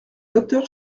docteurs